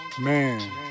man